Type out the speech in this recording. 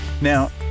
Now